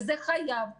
וזה חייב לקרות.